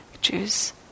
choose